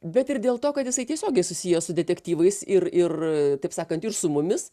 bet ir dėl to kad jisai tiesiogiai susijęs su detektyvais ir ir taip sakant ir su mumis